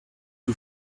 you